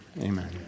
amen